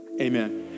amen